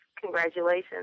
congratulations